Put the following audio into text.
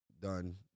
done